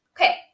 Okay